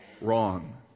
wrong